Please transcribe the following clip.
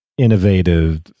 innovative